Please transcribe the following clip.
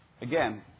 Again